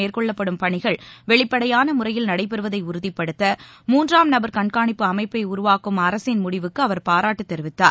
மேற்கொள்ளப்படும் பணிகள் வெளிப்படையான முறையில் நடைபெறுவதை உறுதிப்படுத்த மூன்றாம் நபர் கண்காணிப்பு அமைப்பை உருவாக்கும் அரசின் முடிவுக்கு அவர் பாராட்டு தெரிவித்தார்